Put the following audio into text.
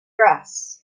grass